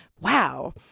Wow